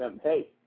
hey